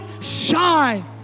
shine